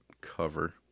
cover